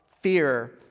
fear